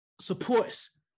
supports